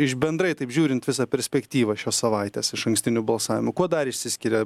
iš bendrai taip žiūrint visą perspektyvą šios savaitės išankstiniu balsavimu kuo dar išsiskiria